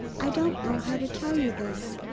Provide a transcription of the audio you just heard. i don't know how to tell you this.